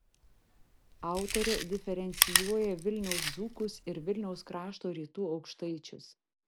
autorė diferencijuoja vilniaus dzūkus ir vilniaus krašto rytų aukštaičius